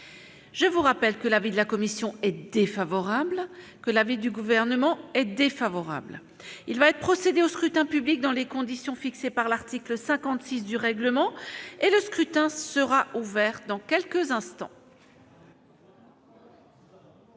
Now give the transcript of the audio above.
Je rappelle que l'avis de la commission est favorable et que celui du Gouvernement est défavorable. Il va être procédé au scrutin dans les conditions fixées par l'article 56 du règlement. Le scrutin est ouvert. Personne ne demande